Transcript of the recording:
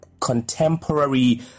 contemporary